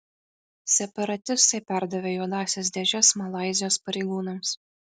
separatistai perdavė juodąsias dėžes malaizijos pareigūnams